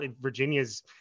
Virginia's